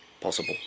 possible